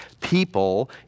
people